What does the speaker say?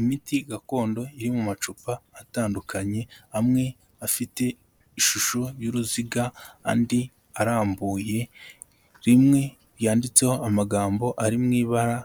Imiti gakondo iri mu macupa atandukanye, amwe afite ishusho y'uruziga, andi arambuye, rimwe yanditseho amagambo ari mu ibara